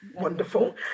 Wonderful